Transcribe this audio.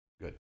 good